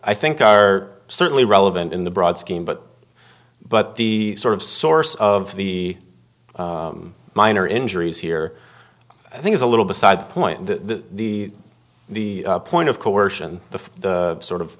i think are certainly relevant in the broad scheme but but the sort of source of the minor injuries here i think is a little beside the point the the the point of coercion the sort of